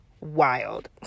Wild